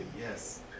yes